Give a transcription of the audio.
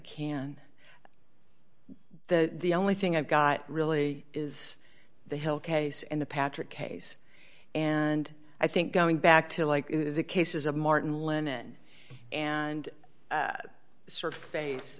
can the only thing i've got really is the hill case and the patrick case and i think going back to like the cases of martin lennon and sort